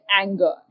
anger